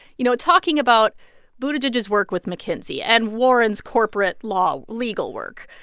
you know, talking about buttigieg's work with mckinsey and warren's corporate law legal work,